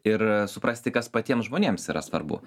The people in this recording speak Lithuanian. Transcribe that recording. ir suprasti kas patiems žmonėms yra svarbu